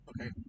Okay